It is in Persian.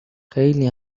خلی